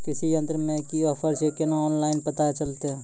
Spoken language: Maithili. कृषि यंत्र मे की ऑफर छै केना ऑनलाइन पता चलतै?